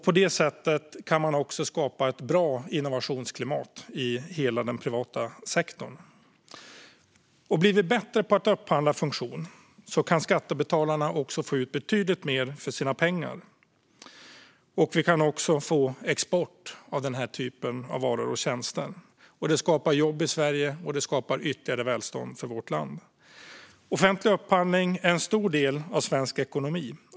På detta sätt kan ett bra innovationsklimat skapas i hela den privata sektorn. Blir vi bättre på att upphandla funktion kan skattebetalarna få ut betydligt mer för sina pengar. Vi kan också få export av denna typ av varor och tjänster. Det skapar jobb och ytterligare välstånd i vårt land. Offentlig upphandling är en stor del av svensk ekonomi.